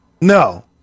No